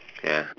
ya